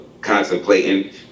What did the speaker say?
contemplating